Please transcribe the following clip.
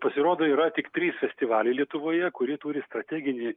pasirodo yra tik trys festivaliai lietuvoje kurie turi strateginį